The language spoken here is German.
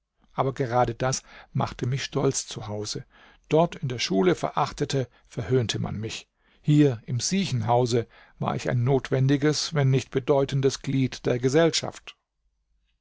aber gerade das machte mich stolz zu hause dort in der schule verachtete verhöhnte man mich hier im siechenhause war ich ein notwendiges wenn nicht bedeutendes glied der gesellschaft